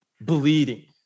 bleeding